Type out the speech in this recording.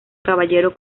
caballero